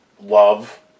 love